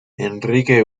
enrique